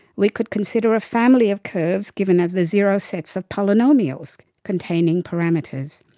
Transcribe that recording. we could consider a family of curves given as the zero sets of polynomials containing parameters.